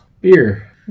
Beer